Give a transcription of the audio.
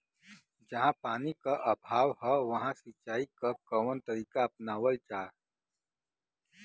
जहाँ पानी क अभाव ह वहां सिंचाई क कवन तरीका अपनावल जा?